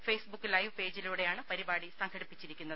Facebook live പേജിലൂടെയാണ് പരിപാടി സംഘടിപ്പിച്ചിരിക്കുന്നത്